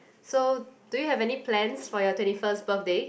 so do you have any plans for your twenty first birthday